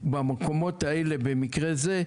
במקומות האלה במקרה זה,